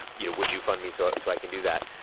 you know would you fund me so so i can do that?